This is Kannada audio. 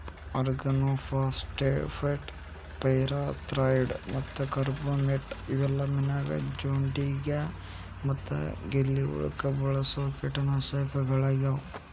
ಆರ್ಗನೋಫಾಸ್ಫೇಟ್, ಪೈರೆಥ್ರಾಯ್ಡ್ ಮತ್ತ ಕಾರ್ಬಮೇಟ್ ಇವೆಲ್ಲ ಮನ್ಯಾಗ ಜೊಂಡಿಗ್ಯಾ ಮತ್ತ ಗೆದ್ಲಿ ಹುಳಕ್ಕ ಬಳಸೋ ಕೇಟನಾಶಕಗಳಾಗ್ಯಾವ